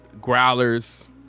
Growlers